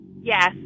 Yes